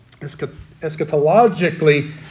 Eschatologically